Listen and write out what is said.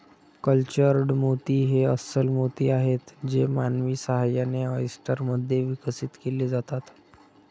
cultured मोती हे अस्स्ल मोती आहेत जे मानवी सहाय्याने, ऑयस्टर मध्ये विकसित केले जातात